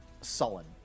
sullen